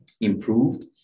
improved